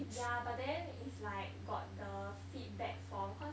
ya but then it's like got the feedback form cause